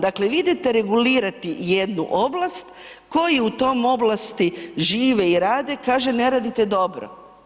Dakle vi idete regulirati jednu oblast koji u toj oblasti žive i rade, kaže ne radite dobro.